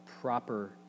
proper